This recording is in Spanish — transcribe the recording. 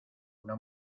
una